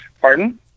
Pardon